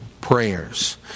prayers